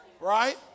Right